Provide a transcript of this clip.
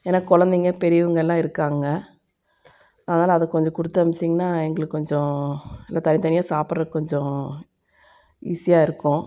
ஏன்னா குழந்தைங்க பெரியவங்க எல்லா இருக்காங்க அதனால் அதை கொஞ்சம் கொடுத்து அம்ச்சிங்கனா எங்களுக்கு கொஞ்சம் எல்லா தனித்தனியாக சாப்பிட்றதுக்கு கொஞ்சம் ஈஸியாக இருக்கும்